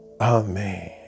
Amen